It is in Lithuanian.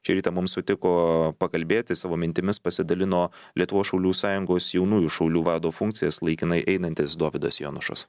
šį rytą mums sutiko pakalbėti savo mintimis pasidalino lietuvos šaulių sąjungos jaunųjų šaulių vado funkcijas laikinai einantis dovydas jonušas